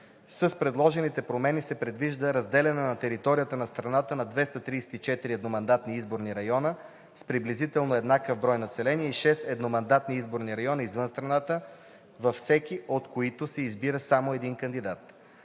С предложените промени се предвижда разделяне на територията на страната на 234 едномандатни изборни района с приблизително еднакъв брой население и шест едномандатни изборни района извън страната, във всеки от които се избира само един кандидат.